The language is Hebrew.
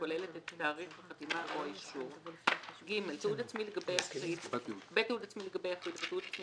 הכוללת את תאריך החתימה או האישור; תיעוד עצמי לגבי יחיד של בעל שליטה